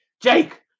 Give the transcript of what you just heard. Jake